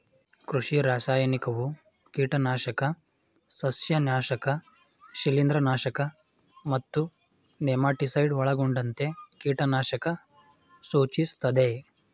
ಕೃಷಿ ರಾಸಾಯನಿಕವು ಕೀಟನಾಶಕ ಸಸ್ಯನಾಶಕ ಶಿಲೀಂಧ್ರನಾಶಕ ಮತ್ತು ನೆಮಟಿಸೈಡ್ ಒಳಗೊಂಡಂತೆ ಕೀಟನಾಶಕ ಸೂಚಿಸ್ತದೆ